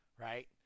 Right